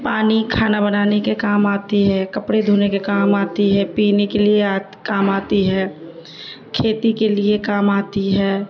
پانی کھانا بنانے کے کام آتی ہے کپڑے دھونے کے کام آتی ہے پینے کے لیے آتی کام آتی ہے کھیتی کے لیے کام آتی ہے